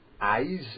eyes